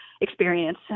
experience